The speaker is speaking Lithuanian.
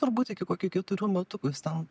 turbūt iki kokių keturių metukų jis ten